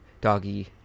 doggy